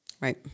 Right